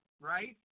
right